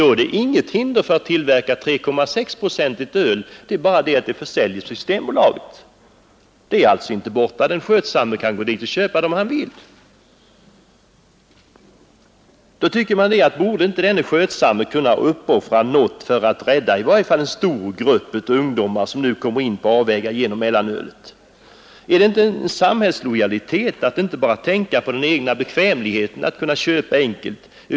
Då föreligger det inget hinder för att tillverka 3,6-procentigt öl, det är bara så att det försäljs på Systembolaget. Det är alltså inte borta, och den skötsamme kan gå till Systemet och köpa öl om han vill. Borde då inte denne skötsamme kunna uppoffra något för att rädda en stor grupp ungdomar som nu kommer in på avvägar genom mellanölet? Är det inte en samhällslojalitet att inte bara tänka på egen bekvämlighet att kunna köpa enkelt?